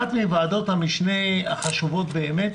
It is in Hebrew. אחת מוועדות המשנה החשובות באמת,